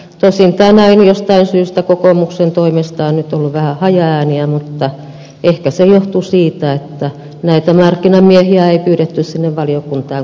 tosin tänään jostain syystä kokoomuksen toimesta on nyt ollut vähän hajaääniä mutta ehkä se johtui siitä että näitä markkinamiehiä ei pyydetty sinne valiokuntaan kuultaviksi